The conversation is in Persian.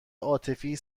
عاطفی